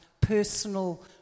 personal